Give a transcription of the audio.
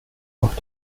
auf